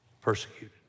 persecuted